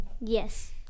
Yes